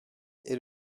est